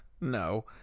No